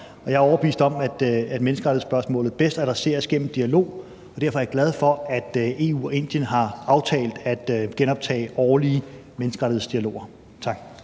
jeg er overbevist om, at menneskerettighedsspørgsmålet bedst adresseres igennem dialog, og derfor er jeg glad for, at EU og Indien har aftalt at genoptage årlige menneskerettighedsdialoger. Tak.